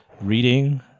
reading